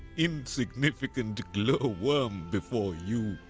insignificant glow worm, before you,